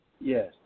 Yes